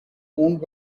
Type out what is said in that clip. owned